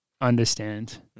understand